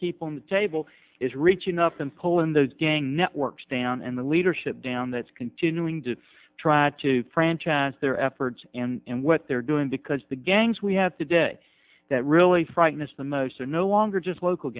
keep on the table is reaching up in poland those gang networks down and the leadership down that's continuing to try to franchise their efforts and what they're doing because the gangs we have today that really fragments the most are no longer just local